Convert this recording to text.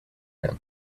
him